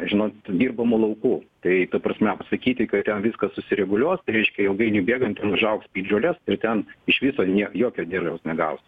žinot dirbamu lauku tai ta prasme pasakyti kad ten viskas susireguliuos tai reiškia ilgainiui bėgant ten užaugs piktžolės ir ten iš viso nie jokio derliaus negaus